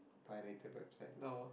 pirated website